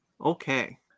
Okay